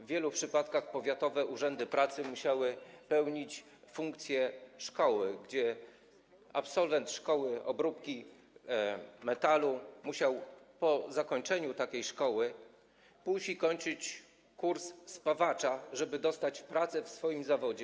W wielu przypadkach powiatowe urzędy pracy musiały pełnić funkcję szkoły, gdzie absolwent szkoły obróbki metalu musiał po zakończeniu takiej szkoły pójść i kończyć kurs spawacza, żeby dostać pracę w swoim zawodzie.